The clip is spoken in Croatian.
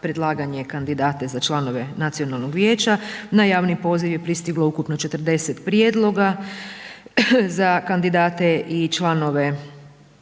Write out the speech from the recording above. predlaganje kandidate za članove Nacionalnog vijeća. Na javni poziv je pristiglo ukupno 40 prijedloga, za kandidate i članove